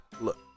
Look